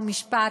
חוק ומשפט,